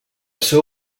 seu